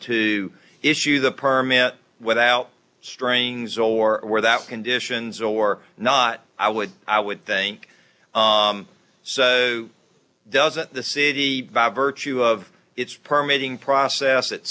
to issue the permit without strings or aware that conditions or not i would i would think so doesn't the city virtue of its permitting process at